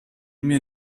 mir